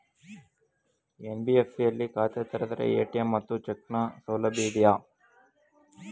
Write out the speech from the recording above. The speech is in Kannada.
ಎನ್.ಬಿ.ಎಫ್.ಸಿ ಯಲ್ಲಿ ಖಾತೆ ತೆರೆದರೆ ಎ.ಟಿ.ಎಂ ಮತ್ತು ಚೆಕ್ ನ ಸೌಲಭ್ಯ ಇದೆಯಾ?